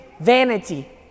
vanity